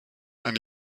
eine